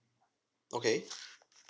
okay